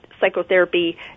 psychotherapy